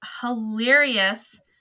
hilarious